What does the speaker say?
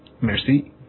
merci